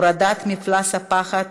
הורדת מפלס הפחד